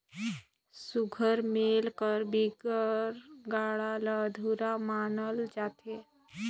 सुग्घर मेल कर बिगर गाड़ा ल अधुरा मानल जाथे